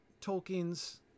Tolkien's